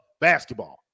basketball